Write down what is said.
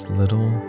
little